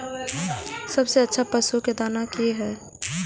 सबसे अच्छा पशु के दाना की हय?